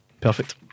perfect